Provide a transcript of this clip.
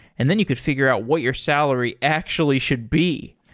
and then you could figure out what your salary actually should be.